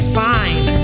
fine